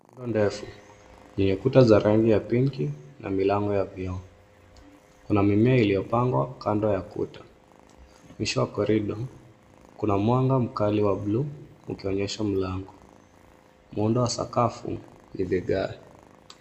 Muundo ndefu yenye kuta za rangi ya pinki na milango ya vioo. Kuna mimea iliyopangwa kando ya kuta. Mwisho wa korido kuna mwanga mkali wa buluu ukionyesha mlango. Muundo wa sakafu ni vigae.